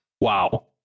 Wow